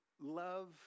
love